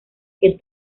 que